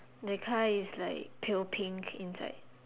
the car is like pale pink inside